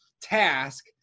task